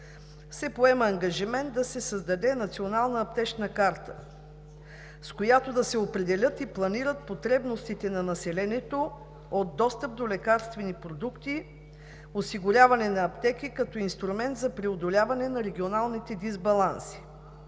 се поема ангажимент да се създаде Национална аптечна карта, с която да се определят и планират потребностите на населението от достъп до лекарствени продукти, осигуряване на аптеки като инструмент за преодоляване на регионалните дисбаланси.